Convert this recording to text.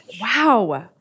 Wow